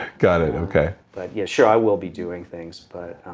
got it. okay but yeah sure i will be doing things but